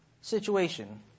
situation